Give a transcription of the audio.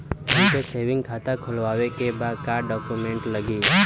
हमके सेविंग खाता खोलवावे के बा का डॉक्यूमेंट लागी?